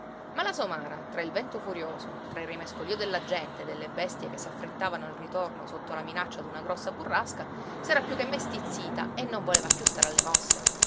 ma la somara tra il vento furioso tra il rimescolío della gente e delle bestie che s'affrettavano al ritorno sotto la minaccia d'una grossa burrasca s'era piú che mai stizzita e non voleva piú stare alle mosse